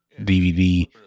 DVD